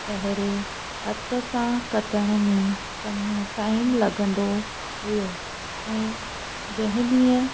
पहिरें हथ सां कटण में चङो टाईम लॻंदो हुयो ऐं जंहिं ॾींहं